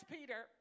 Peter